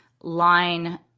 line